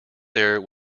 there